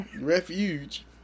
Refuge